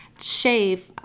shave